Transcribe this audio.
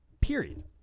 Period